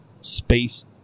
space